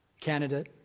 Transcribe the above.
candidate